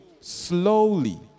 slowly